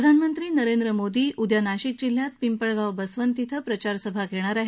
प्रधानमंत्री नरेंद्र मोदी उद्या नाशिक जिल्ह्यात पिंपळगाव बसवंत शिं प्रचारसभा घेणार आहेत